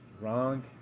wrong